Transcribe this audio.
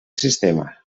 sistema